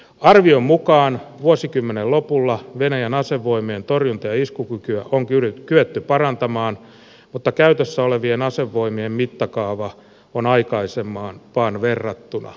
arvion mukaan vuosikymmenen lopulla venäjän asevoimien torjunta ja iskukykyä on kyetty parantamaan mutta käytössä olevien asevoimien mittakaava on aikaisempaan verrattuna pienempi